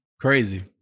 Crazy